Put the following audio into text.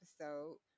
episode